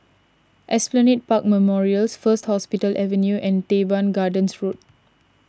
Esplanade Park Memorials First Hospital Avenue and Teban Gardens Road